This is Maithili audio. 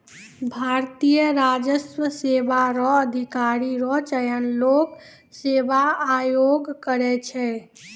भारतीय राजस्व सेवा रो अधिकारी रो चयन लोक सेवा आयोग करै छै